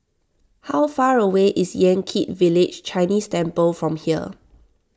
how far away is Yan Kit Village Chinese Temple from here